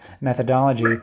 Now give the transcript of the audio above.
methodology